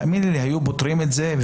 תאמיני לי שהיו פותרים את זה.